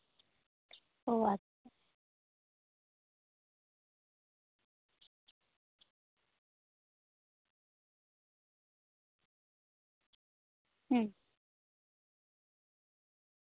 ᱚ ᱟᱪᱪᱷᱟ ᱦᱩᱸ